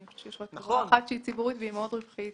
אני חושבת שיש רק אחת שהיא ציבורית ומאוד רווחית